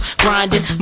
Grinding